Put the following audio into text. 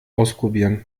ausprobieren